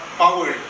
power